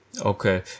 Okay